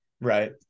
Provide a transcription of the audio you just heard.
Right